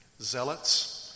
Zealots